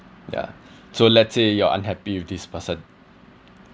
ya so let's say you are unhappy with this person